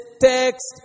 text